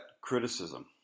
criticism